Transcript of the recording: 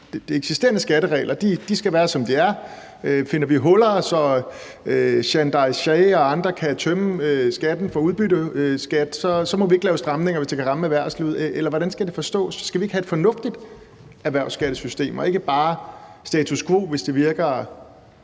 De eksisterende skatteregler skal være, som de er. Finder vi huller, så Sanjay Shah og andre kan tømme kassen for udbytteskat, så må vi ikke lave stramninger, hvis det kan ramme erhvervslivet, eller hvordan skal det forstås? Skal vi ikke have et fornuftigt erhvervsskattesystem og ikke bare status quo, hvis det virker